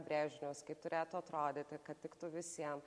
brėžinius kaip turėtų atrodyti kad tiktų visiem